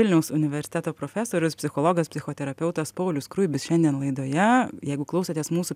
vilniaus universiteto profesorius psichologas psichoterapeutas paulius skruibis šiandien laidoje jeigu klausotės mūsų